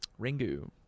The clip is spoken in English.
Ringu